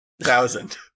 thousand